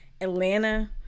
atlanta